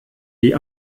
die